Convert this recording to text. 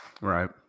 Right